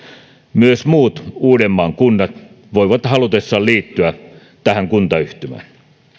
myös muut uudenmaan kunnat voivat halutessaan liittyä tähän kuntayhtymään